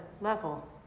level